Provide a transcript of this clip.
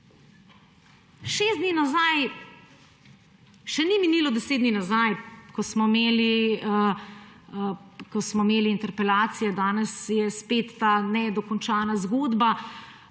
še ni minilo 10 dni nazaj, ko smo imeli interpelacije, danes je spet ta nedokončana zgodba.